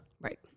Right